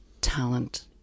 talent